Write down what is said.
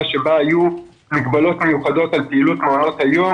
שבה היו מגבלות ייחודיות על פעילות מעונות היום